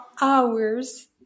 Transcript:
hours